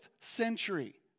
century